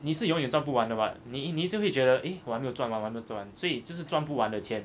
你是永远赚不完的 [what] 你你就会觉得诶我还没有赚完我还没有赚完所以就是赚不完的钱